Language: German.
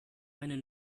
eine